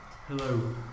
Hello